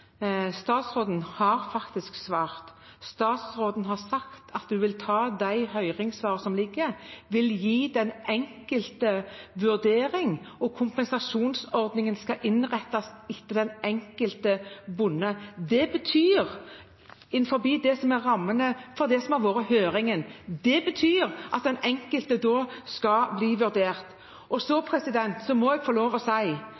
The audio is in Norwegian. har sagt at hun vil ta de høringssvar som foreligger, og vil gi den enkelte en vurdering. Kompensasjonsordningen skal innrettes etter den enkelte bonde, innenfor rammene for høringen. Det betyr at den enkelte skal bli vurdert. Så må jeg få lov til å si at